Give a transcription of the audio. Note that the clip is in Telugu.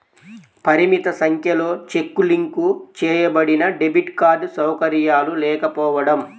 పరిమిత సంఖ్యలో చెక్ లింక్ చేయబడినడెబిట్ కార్డ్ సౌకర్యాలు లేకపోవడం